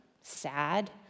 sad